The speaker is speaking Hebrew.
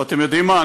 אתם יודעים מה,